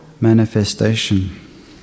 manifestation